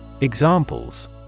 Examples